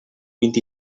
vint